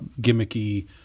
gimmicky